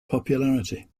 popularity